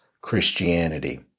Christianity